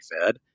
fed